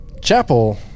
chapel